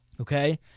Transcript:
Okay